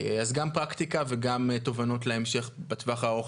אז גם פרקטיקה וגם תובנות להמשך בטווח הארוך.